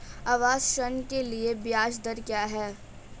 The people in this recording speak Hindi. आवास ऋण के लिए ब्याज दर क्या हैं?